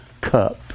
cup